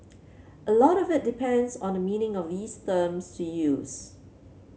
a lot of it depends on the meaning of these terms to use